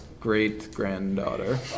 Great-granddaughter